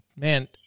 Man